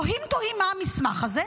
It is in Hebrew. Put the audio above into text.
תוהים, תוהים, מה המסמך הזה.